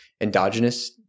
endogenous